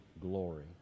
glory